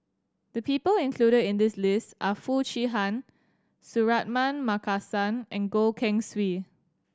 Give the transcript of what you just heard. the people included in this list are Foo Chee Han Suratman Markasan and Goh Keng Swee